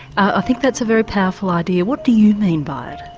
i think that's a very powerful idea. what do you mean by it?